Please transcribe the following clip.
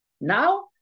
now